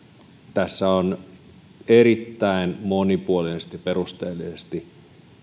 tässä on erittäin monipuolisesti ja perusteellisesti